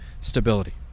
stability